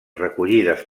recollides